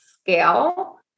scale